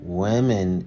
women